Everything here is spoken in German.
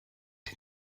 den